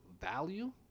value